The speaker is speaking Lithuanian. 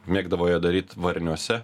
mėgdavo jie daryt varniuose